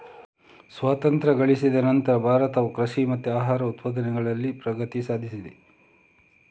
ಸ್ವಾತಂತ್ರ್ಯ ಗಳಿಸಿದ ನಂತ್ರ ಭಾರತವು ಕೃಷಿ ಮತ್ತೆ ಆಹಾರ ಉತ್ಪಾದನೆನಲ್ಲಿ ಪ್ರಗತಿ ಸಾಧಿಸಿದೆ